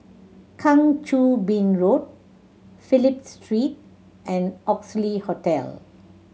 Kang Choo Bin Road Phillip Street and Oxley Hotel